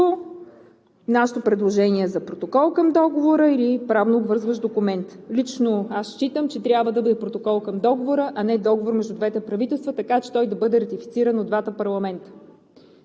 нашето предложение за протокол към договора или правно обвързващ документ. Лично аз считам, че трябва да бъде протокол към Договора, а не договор между двете правителства, така че той да бъде ратифициран от двата парламента.